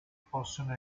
possono